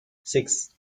six